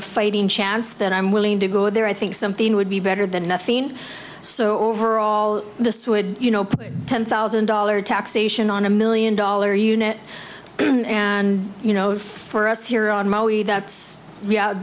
a fighting chance then i'm willing to go there i think something would be better than nothing so overall this would you know ten thousand dollars taxation on a million dollar unit and you know for us here on maui that's